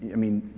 i mean,